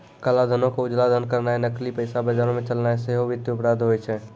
काला धनो के उजला धन करनाय या नकली पैसा बजारो मे चलैनाय सेहो वित्तीय अपराध होय छै